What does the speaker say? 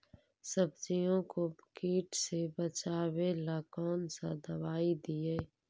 सब्जियों को किट से बचाबेला कौन सा दबाई दीए?